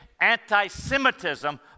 anti-Semitism